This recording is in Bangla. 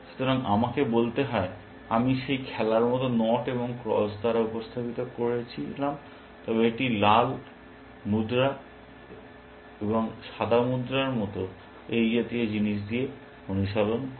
সুতরাং যা আমাকে বলতে হয় আমি সেই খেলার মতো নট এবং ক্রস দ্বারা উপস্থাপিত করছি তবে এটি লাল মুদ্রা এবং সাদা মুদ্রার মতো এই জাতীয় জিনিস দিয়ে অনুশীলন করে